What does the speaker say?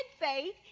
faith